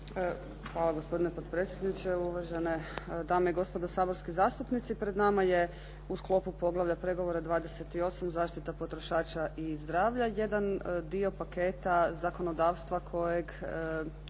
Hvala, gospodine potpredsjedniče. Uvažene dame i gospodo saborski zastupnici. Pred nama je u sklopu poglavlja pregovora 28.-Zaštita potrošača i zdravlja, jedan dio paketa zakonodavstva kojeg